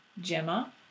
Gemma